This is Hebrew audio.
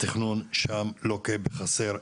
התכנון שם לוקה בחסר.